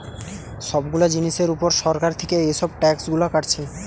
সব গুলা জিনিসের উপর সরকার থিকে এসব ট্যাক্স গুলা কাটছে